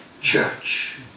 church